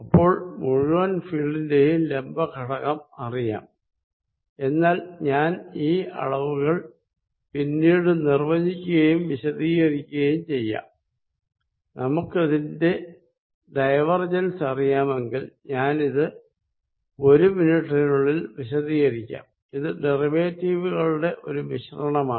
അപ്പോൾ മുഴുവൻ ഫീൽഡ് ന്റെയും ലംബ ഘടകം അറിയാം എന്നാൽ ഞാൻ ഈ അളവുകൾ പിന്നീട് നിർവചിക്കുകയും വിശദീകരിക്കുകയും ചെയ്യാം നമുക്കിതിനെ ഡൈവർജെൻസ് അറിയാം എങ്കിൽ ഞാനിത് ഒരു മിനിറ്റിനുള്ളിൽ വിശദീകരിക്കാം ഇത് ഡെറിവേറ്റീവുകളുടെ ഒരു മിശ്രണമാണ്